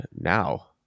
now